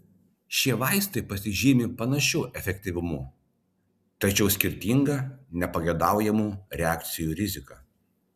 šie vaistai pasižymi panašiu efektyvumu tačiau skirtinga nepageidaujamų reakcijų rizika